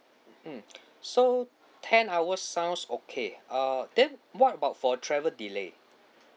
mm so ten hours sounds okay uh then what about for travel delay